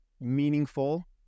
meaningful